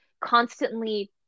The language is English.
constantly